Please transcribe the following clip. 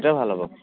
সেইটোৱে ভাল হ'ব